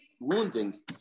wounding